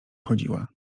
chodziła